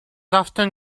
often